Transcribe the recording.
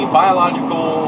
biological